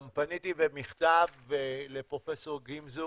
גם פניתי במכתב לפרופסור גמזו